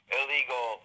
illegal